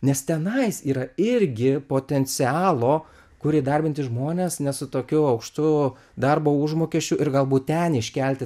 nes tenais yra irgi potencialo kur įdarbinti žmonės ne su tokiu aukštu darbo užmokesčiu ir galbūt ten iškelti